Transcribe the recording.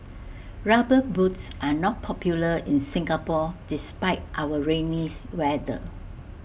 rubber boots are not popular in Singapore despite our rainy weather